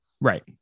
Right